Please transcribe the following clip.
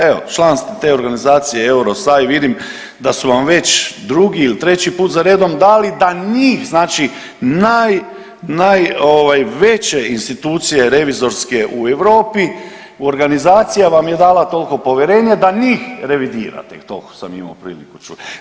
Evo član ste te organizacije EUROSAI vidim da su vam već drugi ili treći put za redom dali da njih, znači najveće institucije revizorske u Europi organizacija vam je dala toliko povjerenje da njih revidirate koliko sam imao priliku čuti.